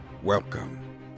Welcome